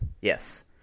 Yes